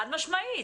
חד משמעית.